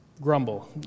Grumble